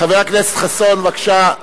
חבר הכנסת חסון, בבקשה.